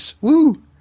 Woo